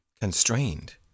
constrained